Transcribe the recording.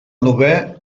novè